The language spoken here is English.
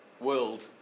world